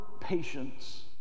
patience